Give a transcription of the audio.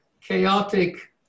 chaotic